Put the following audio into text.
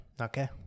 okay